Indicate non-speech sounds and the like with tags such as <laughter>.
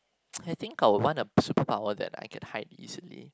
<noise> I think I would want a superpower that I can hide easily